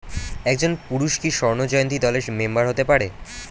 একজন পুরুষ কি স্বর্ণ জয়ন্তী দলের মেম্বার হতে পারে?